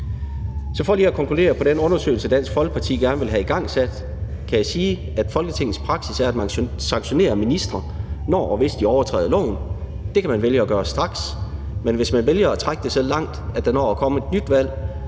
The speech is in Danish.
Så for lige at konkludere på den undersøgelse, Dansk Folkeparti gerne vil have igangsat, kan jeg sige, at Folketingets praksis er, at man sanktionerer ministre, når og hvis de overtræder loven. Det kan man vælge at gøre straks, men hvis man vælger at trække det så langt, at der når at komme et nyt valg,